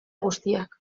guztiak